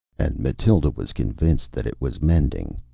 and mathild was convinced that it was mending.